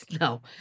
No